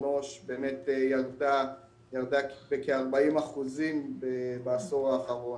עו"ש באמת ירדה בכ-40% בעשור האחרון.